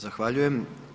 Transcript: Zahvaljujem.